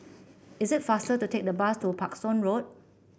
is it faster to take the bus to Parkstone Road